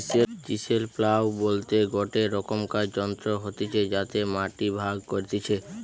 chisel plough বলতে গটে রকমকার যন্ত্র হতিছে যাতে মাটি ভাগ করতিছে